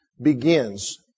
begins